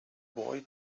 boy